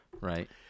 right